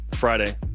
Friday